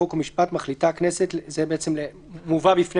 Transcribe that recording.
חוק ומשפט מחליטה הכנסת זה מובא בפני